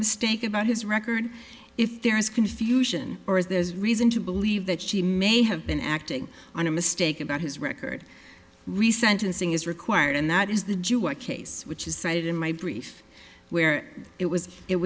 mistake about his record if there is confusion or is there is reason to believe that she may have been acting on a mistake about his record re sentencing is required and that is the july case which is cited in my brief where it was it